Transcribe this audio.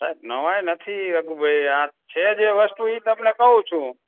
સાહેબ નવાઈ નથી અઅ ભઈ યાર છે જે વસ્તુ એ તમને કહું છું